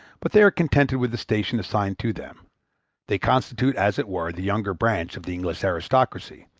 but they are contented with the station assigned to them they constitute, as it were, the younger branch of the english aristocracy,